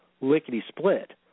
lickety-split